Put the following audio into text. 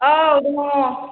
औ दङ